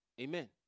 Amen